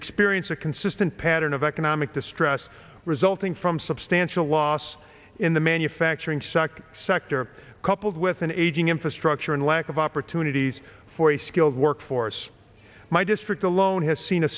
experienced a consistent pattern of economic distress resulting from substantial loss in the manufacturing sector sector coupled with an aging infrastructure and lack of opportunities for a skilled workforce my district alone has seen a